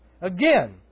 Again